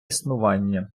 існування